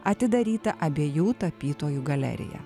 atidaryta abiejų tapytojų galerija